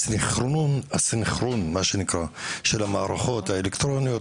הסנכרון של המערכות האלקטרוניות,